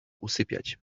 usypiać